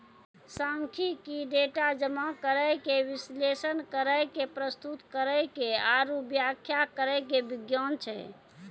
सांख्यिकी, डेटा जमा करै के, विश्लेषण करै के, प्रस्तुत करै के आरु व्याख्या करै के विज्ञान छै